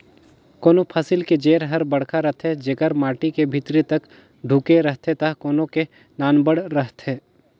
कोनों फसिल के जेर हर बड़खा रथे जेकर माटी के भीतरी तक ढूँके रहथे त कोनो के नानबड़ रहथे